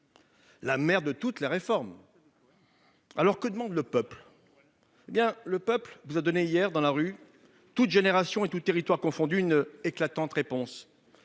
la mère de toutes les réformes ! Alors, que demande le peuple ? Eh bien, le peuple vous a donné hier dans la rue, toutes générations et tous territoires confondus, une éclatante réponse.